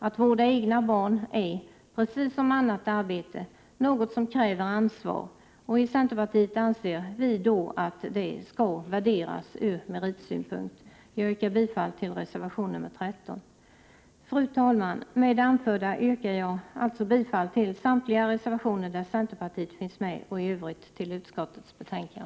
Att vårda egna barn är — precis som annat arbete — något som kräver ansvar, och vi i centerpartiet anser att det skall värderas från meritsynpunkt. Jag yrkar bifall till reservation nr 13. Fru talman! Med det anförda yrkar jag alltså bifall till samtliga reservationer där centerpartister finns med och i övrigt till utskottets hemställan.